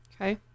Okay